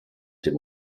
dem